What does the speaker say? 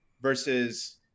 versus